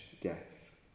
death